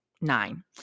nine